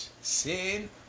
sin